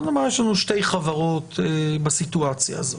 בוא נאמר יש לנו שתי חברות בסיטואציה הזאת,